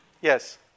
yes